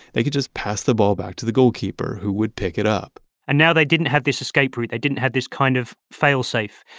they could just pass the ball back to the goalkeeper who would pick it up and now they didn't have this escape route, they didn't have this kind of fail-safe,